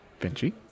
Benji